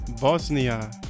Bosnia